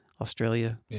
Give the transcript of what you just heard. Australia